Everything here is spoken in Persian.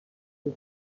کار